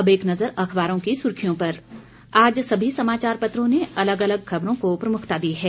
अब एक नजर अखबारों की सुर्खियों पर आज सभी समाचार पत्रों ने अलग अलग खबरों को प्रमुखता दी है